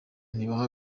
ntibaha